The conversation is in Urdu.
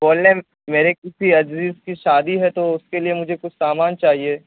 بول رہے ہیں میرے کسی عزیز کی شادی ہے تو اس کے لیے مجھے کچھ سامان چاہیے